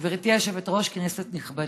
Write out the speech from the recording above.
גברתי היושבת-ראש, כנסת נכבדה,